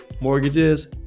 mortgages